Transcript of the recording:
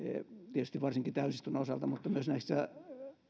tietysti varsinkin täysistunnon osalta mutta myös näissä